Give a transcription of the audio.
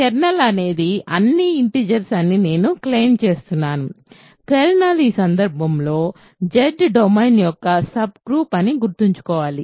kernel అనేది అన్ని integers అని నేను క్లెయిమ్ చేస్తున్నాను కెర్నల్ ఈ సందర్భంలో Z డొమైన్ యొక్క సబ్ గ్రూప్ అని గుర్తుంచుకోవాలి